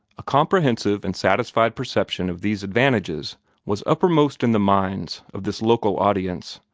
a comprehensive and satisfied perception of these advantages was uppermost in the minds of this local audience,